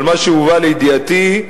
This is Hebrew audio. אבל מה שהובא לידיעתי,